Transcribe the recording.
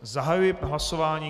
Zahajuji hlasování.